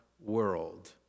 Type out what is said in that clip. world